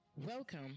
welcome